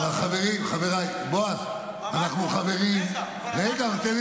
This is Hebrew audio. אבל עמדנו או לא עמדנו --- רגע, תן לי